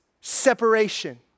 separation